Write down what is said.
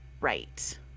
Right